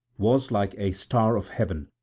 was like a star of heaven,